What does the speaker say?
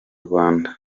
rwanda